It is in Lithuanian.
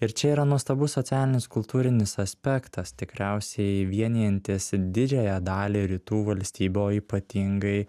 ir čia yra nuostabus socialinis kultūrinis aspektas tikriausiai vienijantis didžiąją dalį rytų valstybių o ypatingai